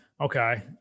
Okay